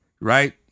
right